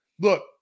look